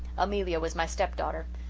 amelia was my step-daughter.